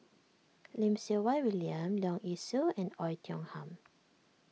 Lim Siew Wai William Leong Yee Soo and Oei Tiong Ham